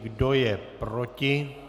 Kdo je proti?